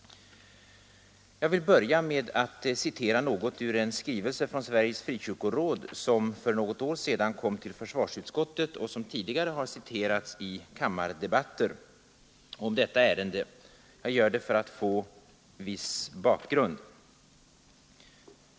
Jag vill börja med att citera ur en skrivelse från Sveriges frikyrkoråd som för något år sedan kom till försvarsutskottet och som tidigare har citerats i kammardebatter om detta ärende; jag gör det för att få en viss bakgrund.